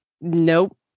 nope